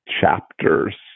chapters